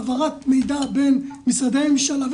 העברת מידע בין משרדי ממשלה,